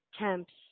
temps